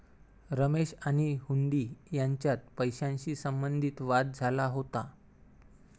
रमेश आणि हुंडी यांच्यात पैशाशी संबंधित वाद झाला होता